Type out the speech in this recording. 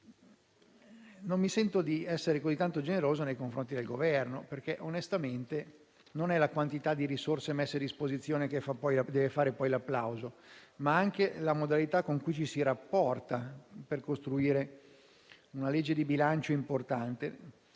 Non mi sento però di essere altrettanto generoso nei confronti del Governo, perché onestamente non è la quantità di risorse messe a disposizione che deve poi determinare l'applauso, ma la modalità con cui ci si rapporta per costruire una legge di bilancio importante.